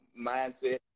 mindset